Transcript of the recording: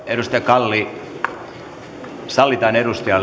edustaja kalli sallitaan